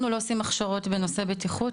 אנחנו לא עושים הכשרות בנושא בטיחות,